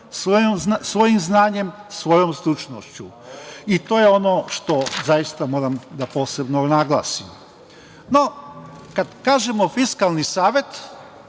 svojim znanjem, svojom stručnošću i to je ono što zaista moram da posebno naglasim.No, kad kažemo Fiskalni savet,